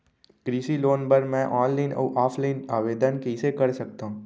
कृषि लोन बर मैं ऑनलाइन अऊ ऑफलाइन आवेदन कइसे कर सकथव?